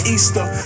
Easter